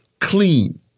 clean